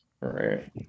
right